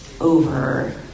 over